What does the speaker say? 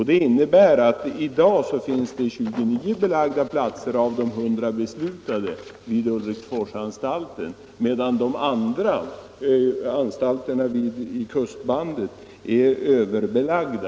Det innebär att 29 platser av de 100 beslutade vid Ulriksforsanstalten f.n. är belagda, medan de andra anstalterna i kustbandet är överbelagda.